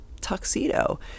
tuxedo